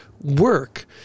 work